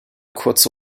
kurze